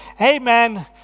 Amen